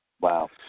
Wow